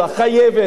חייבת,